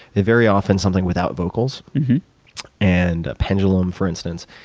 and very often something without vocals and pendulum, for instance.